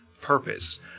purpose